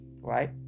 right